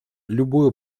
любую